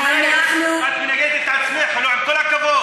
את נוגדת את עצמך, עם כל הכבוד.